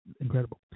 incredible